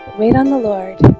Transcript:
wait on the lord